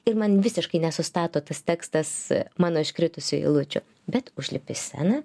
ir man visiškai nesustato tas tekstas mano iškritusių eilučių bet užlipi į sceną